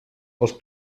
als